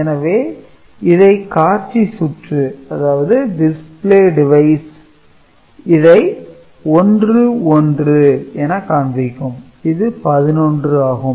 எனவே இதை காட்சி சுற்று "Display device" இதை 1 1 என காண்பிக்கும் இது பதினொன்று ஆகும்